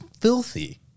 filthy